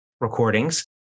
recordings